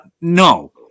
no